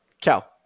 Cal